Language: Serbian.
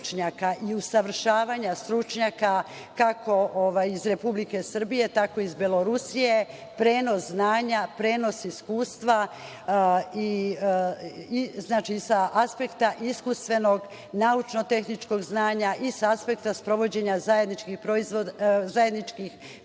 i usavršavanja stručnjaka, kako iz Republike Srbije tako i iz Belorusije, prenos znanja, prenos iskustva. Sa aspekta iskustvenog, naučno-tehničkog znanja i sa aspekta sprovođenja zajedničkih projekata između